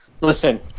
Listen